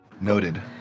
Noted